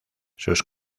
sus